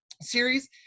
series